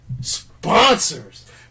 sponsors